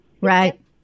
Right